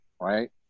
right